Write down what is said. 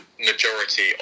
majority